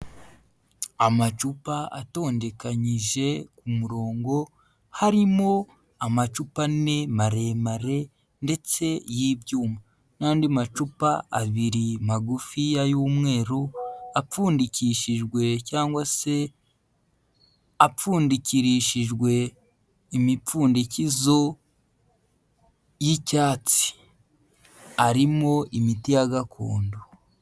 Amacupa atondekanyije ku murongo, harimo amacupa ane maremare ndetse y'ibyuma n'andi macupa abiri magufiya y'umweru apfundikishijwe cyangwa se apfundikirishijwe imipfundikizo y'icyatsi. Arimo imiti ya gakondo.